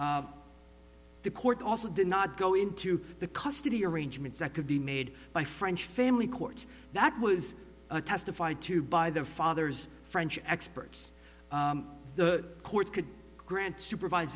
the court also did not go into the custody arrangements that could be made by french family courts that was testified to by the father's french experts the court could grant supervised